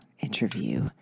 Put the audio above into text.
interview